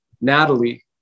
Natalie